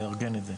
לארגן את זה,